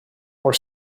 were